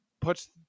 puts